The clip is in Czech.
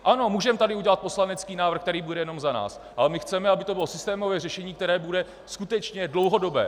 Ano, můžeme tady udělat poslanecký návrh, který bude jenom za nás, ale my chceme, aby to bylo systémové řešení, které bude skutečně dlouhodobé.